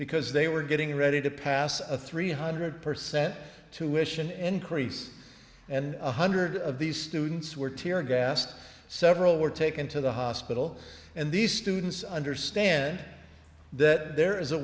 because they were getting ready to pass a three hundred percent to wish an increase and one hundred of these students were tear gassed several were taken to the hospital and these students understand that there is a